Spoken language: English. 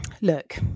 look